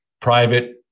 private